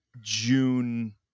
June